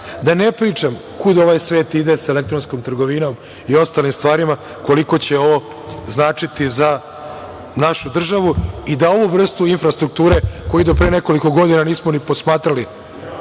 ne pričam kuda ovaj svet ide sa elektronskom trgovinom i ostalim stvarima, koliko će ovo značiti za našu državu i da ovu vrstu infrastrukture koji do pre nekoliko godina nismo ni posmatrali